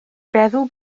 feddw